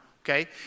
Okay